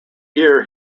year